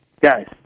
guys